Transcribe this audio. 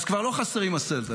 אז כבר לא חסרים 10,000,